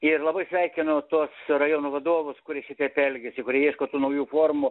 ir labai sveikinu tuos rajono vadovus kurie šitaip elgiasi kurie ieško tų naujų formų